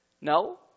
No